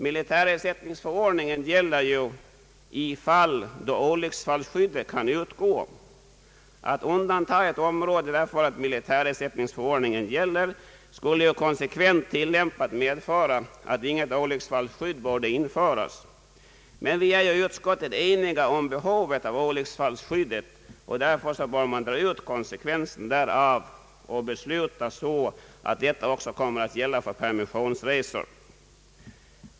Militärersättningsförordningen gäller i fall då olycksfallsskyddet kan utgå. Att undanta ett område därför att militärersättningsförordningen gäller skulle konsekvent tillämpat medföra att inget olycksfallsskydd borde införas. Men vi är ju i utskottet eniga om behovet av olycksfallsskyddet, och därför bör man dra ut konsekvensen därav och besluta att detta även kommer att gälla för permissionsresor.